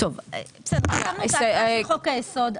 כתבנו את הצעת חוק-היסוד,